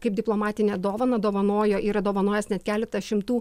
kaip diplomatinę dovaną dovanojo yra dovanojęs net keletą šimtų